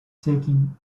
taking